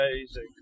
Amazing